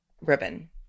ribbon